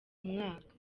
umwaka